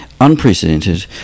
unprecedented